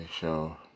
show